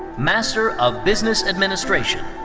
master of business administration.